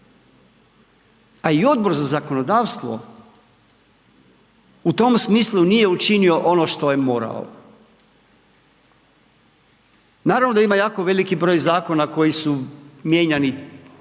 A i Odbor za zakonodavstvo, u tom smislu nije učinio ono što je morao. Naravno da ima jako veliki broj zakona koji su mijenjani 3,